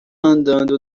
andando